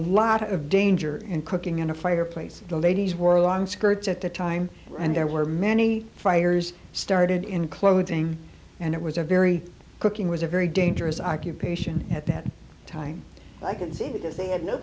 lot of danger in cooking in a fireplace the ladies were long skirts at the time and there were many fires started in clothing and it was a very cooking was a very dangerous occupation at that time i could see that they had no